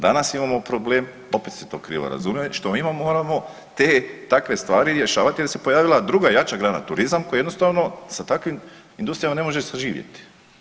Danas imamo problem, opet ste to krivo razumjeli, što mi moramo te i takve stvari rješavati jer se pojavila druga i jača grana turizam koji jednostavno sa takvim industrijama ne može saživjeti.